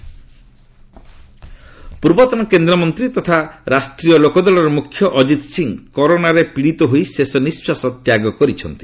VP ଅକିତ ପୂର୍ବତନ କେନ୍ଦ୍ରମନ୍ତ୍ରୀ ତଥା ରାଷ୍ଟ୍ରୀୟ ଲୋକଦଳର ମୁଖ୍ୟ ଅଜିତ ସିଂ କରୋନାରେ ପୀଡ଼ିତ ହୋଇ ଶେଷନିଃଶ୍ୱାସ ତ୍ୟାଗ କରିଛନ୍ତି